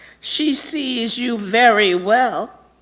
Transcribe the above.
she sees you very well.